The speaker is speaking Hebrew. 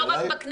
לא רק בכנסת.